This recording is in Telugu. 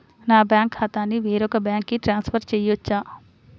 నా బ్యాంక్ ఖాతాని వేరొక బ్యాంక్కి ట్రాన్స్ఫర్ చేయొచ్చా?